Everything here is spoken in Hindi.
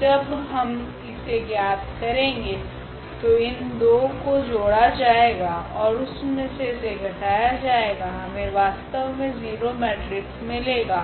जब हम इसे ज्ञात करेगे तो इन दो को जोड़ा जाएगा ओर उसमे से इसे घटाया जाएगा हमे वास्तव मे 0 मेट्रिक्स मिलेगा